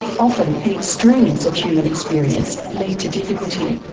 often the extremes of human experience lead to difficulty,